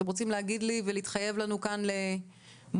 אתם רוצים להתחייב בפנינו על מועד,